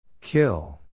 Kill